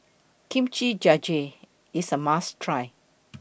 Kimchi Jjigae IS A must Try